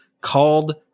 called